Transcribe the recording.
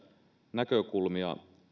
näkökulmia